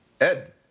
Ed